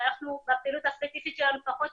אנחנו בפעילות הספציפית שלנו פחות